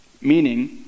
Meaning